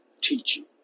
teaching